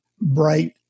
bright